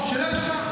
שאלה טובה.